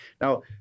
Now